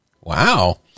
Wow